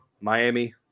Miami